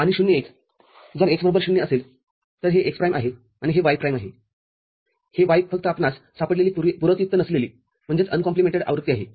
आणि ० १ जर x बरोबर ० असेल तर हे x प्राइम आहे आणि हे y आहे हे y फक्त आपणास सापडलेली पुरकयुक्त नसलेली आवृत्ती आहे